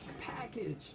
package